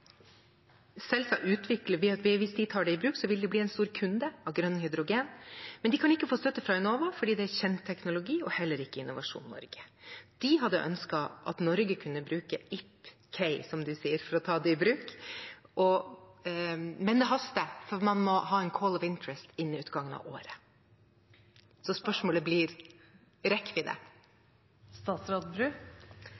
Hvis de tar det i bruk, vil de bli en stor kunde av grønn hydrogen, men de kan ikke få støtte fra Enova fordi det er kjent teknologi, og heller ikke fra Innovasjon Norge. De hadde ønsket at Norge kunne bruke IPCEI for å ta det i bruk, men det haster, for man må ha en «call of interest» innen utgangen av året. Spørsmålet blir: Rekker vi det?